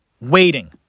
Waiting